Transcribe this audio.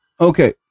okay